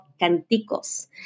Canticos